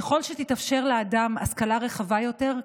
ככל שתתאפשר לאדם השכלה רחבה יותר,